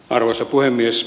arvoisa puhemies